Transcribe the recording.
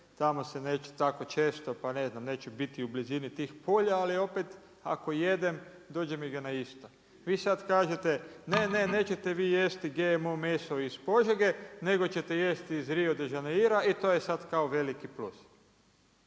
tamo se neće tako često, pa ne znam, neću biti u blizini tih polja, ali opet ako jedem, dođe mi ga na isto. Vi sad kažete, ne, ne nećete vi jesti GMO meso iz Požege, nego jesti iz Rio de Janeira i to je sad kao veliki plus.